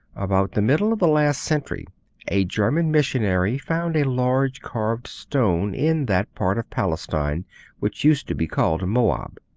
about the middle of the last century a german missionary found a large carved stone in that part of palestine which used to be called moab.